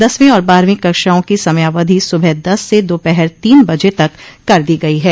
दसवीं और बारहवीं कक्षाओं की समयावधि सुबह दस से दोपहर तीन बजे तक कर दी गयी है